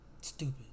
Stupid